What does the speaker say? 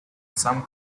some